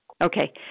Okay